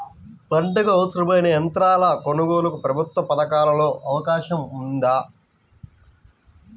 పంటకు అవసరమైన యంత్రాల కొనగోలుకు ప్రభుత్వ పథకాలలో అవకాశం ఉందా?